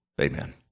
Amen